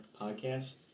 podcast